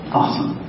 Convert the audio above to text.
awesome